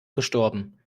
gestorben